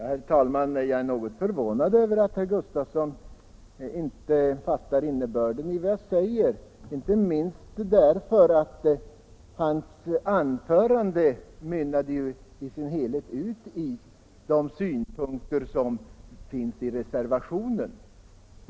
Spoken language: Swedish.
Herr talman! Jag är något förvånad över att herr Gustavsson i Alvesta inte fattar innebörden i vad jag säger, inte minst därför att hans anförande mynnade ut i de synpunkter som finns i reservationen 1.